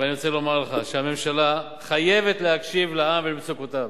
ואני רוצה לומר לך שהממשלה חייבת להקשיב לעם ולמצוקותיו.